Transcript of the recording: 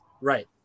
Right